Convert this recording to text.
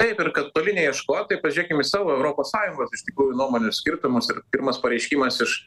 taip ir kad toli neieškot tai pažiūrėkim į savo europos sąjungos iš tikrųjų nuomonių skirtumus ir pirmas pareiškimas iš